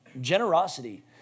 generosity